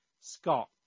Scott